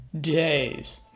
days